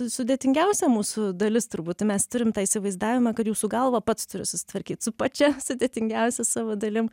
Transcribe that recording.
sudėtingiausia mūsų dalis turbūt mes turim tą įsivaizdavimą kad jau su galva pats turi susitvarkyt su pačia sudėtingiausia savo dalim